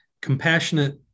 compassionate